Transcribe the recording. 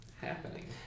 happening